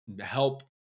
help